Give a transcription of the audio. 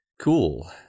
Cool